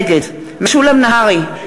נגד משולם נהרי,